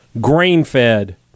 grain-fed